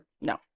no